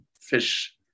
fish